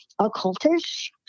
occultish